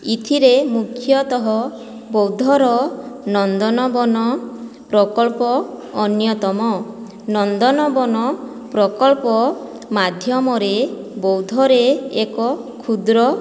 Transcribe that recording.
ଏଥିରେ ମୁଖ୍ୟତଃ ବୌଦ୍ଧର ନନ୍ଦନବନ ପ୍ରକଳ୍ପ ଅନ୍ୟତମ ନନ୍ଦନବନ ପ୍ରକଳ୍ପ ମାଧ୍ୟମରେ ବୌଦ୍ଧରେ ଏକ କ୍ଷୁଦ୍ର